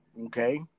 okay